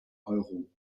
euro